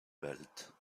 baltes